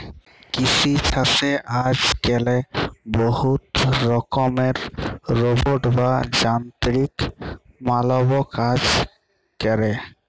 কিসি ছাসে আজক্যালে বহুত রকমের রোবট বা যানতিরিক মালব কাজ ক্যরে